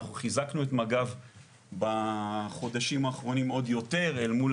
אנחנו חיזקנו את מג"ב בחודשים האחרונים עוד יותר אל מול